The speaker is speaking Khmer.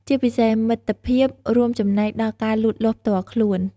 ជាពិសេស មិត្តភាពរួមចំណែកដល់ ការលូតលាស់ផ្ទាល់ខ្លួន។